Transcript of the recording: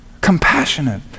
compassionate